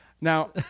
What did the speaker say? Now